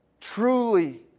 truly